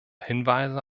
hinweise